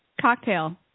Cocktail